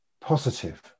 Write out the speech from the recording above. positive